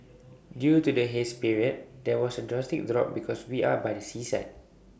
due to the haze period there A drastic drop because we are by the seaside